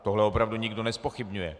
Tohle opravdu nikdo nezpochybňuje.